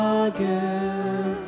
again